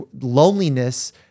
loneliness